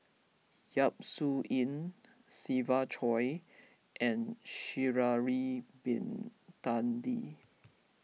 Yap Su Yin Siva Choy and Sha'ari Bin Tadin